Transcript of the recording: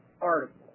article